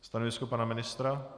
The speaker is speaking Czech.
Stanovisko pana ministra?